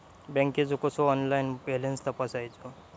बँकेचो कसो online balance तपासायचो?